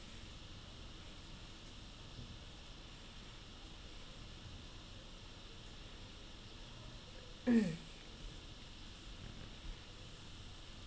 hmm